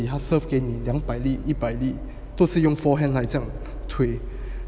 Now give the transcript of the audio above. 给他 serve 给你两百粒两一粒都是用 forehand 这样来推